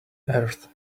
earth